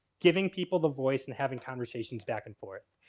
giving people the voice, and having conversations back and forth.